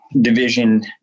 division